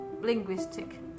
linguistic